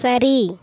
சரி